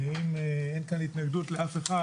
אם כאן התנגדות לאף אחד,